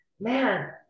man